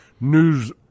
news